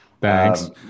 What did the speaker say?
Thanks